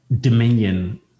Dominion